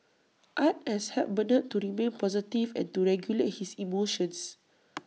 art has helped Bernard to remain positive and to regulate his emotions